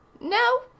No